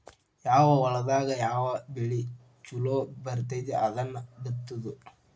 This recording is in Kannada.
ಯಾವ ಹೊಲದಾಗ ಯಾವ ಬೆಳಿ ಚುಲೊ ಬರ್ತತಿ ಅದನ್ನ ಬಿತ್ತುದು